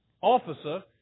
officer